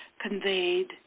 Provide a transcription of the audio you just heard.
conveyed